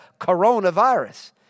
coronavirus